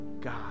God